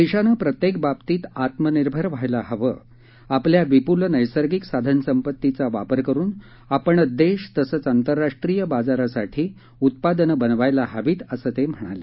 देशानं प्रत्येक बाबतीत आत्मनिर्भर व्हायला हवं आपल्या विपूल नस्त्रींक साधनसंपत्तीचा वापर करून आपण देश तसंच आंतरराष्ट्रीय बाजारासाठी उत्पादनं बनवायला हवीत असं ते म्हणाले